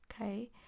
okay